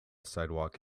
sidewalk